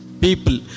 people